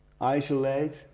isolate